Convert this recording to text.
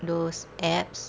those apps